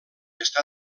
està